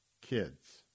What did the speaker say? kids